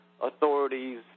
authorities